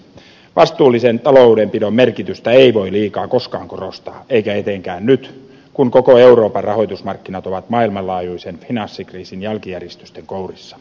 vastuullisen taloudenpidon merkitystä ei voi liikaa koskaan korostaa eikä etenkään nyt kun koko euroopan rahoitusmarkkinat ovat maailmanlaajuisen finanssikriisin jälkijäristysten kourissa